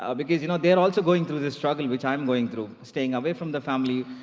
ah because you know they're also going through this struggle which i'm going through. staying away from the family,